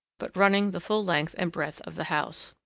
but running the full length and breadth of the house.